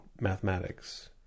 mathematics